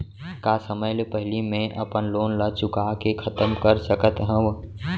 का समय ले पहिली में अपन लोन ला चुका के खतम कर सकत हव?